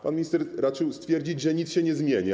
Pan minister raczył stwierdzić, że nic się nie zmienia.